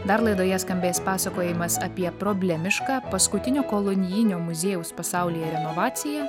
dar laidoje skambės pasakojimas apie problemišką paskutinio kolonijinio muziejaus pasaulyje renovaciją